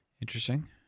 Interesting